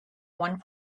one